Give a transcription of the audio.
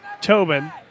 Tobin